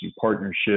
partnerships